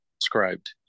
described